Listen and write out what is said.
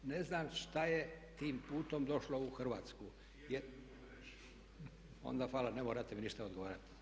Ne znam šta je tim putem došlo u Hrvatsku. … [[Upadica se ne čuje.]] Onda hvala, ne morate mi ništa odgovarati.